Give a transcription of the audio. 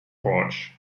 porch